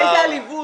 איזה עליבות.